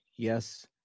Yes